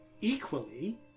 equally